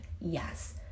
Yes